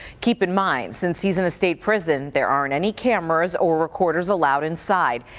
keep in mind, since he's in a state prison, there aren't any cameras or recorders allowed inside.